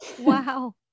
wow